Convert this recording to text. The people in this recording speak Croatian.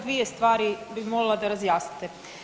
Dvije stvari bih molila da razjasnite.